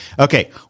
Okay